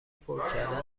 پرکردن